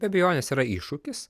be abejonės yra iššūkis